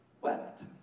wept